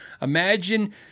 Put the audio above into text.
imagine